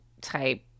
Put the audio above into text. type